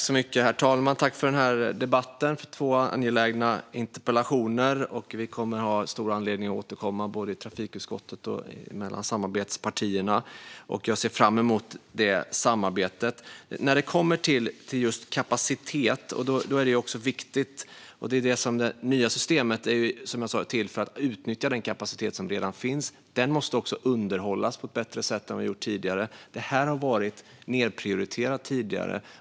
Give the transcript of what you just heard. Herr talman! Tack för debatten om två angelägna interpellationer! Vi kommer att ha stor anledning att återkomma både i trafikutskottet och mellan samarbetspartierna. Jag ser fram emot det samarbetet. När det gäller frågan om kapacitet är det nya systemet till för att utnyttja den kapacitet som redan finns. Den måste också underhållas på ett bättre sätt än vad vi gjort tidigare. Det har tidigare varit nedprioriterat.